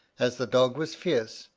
as the dog was fierce,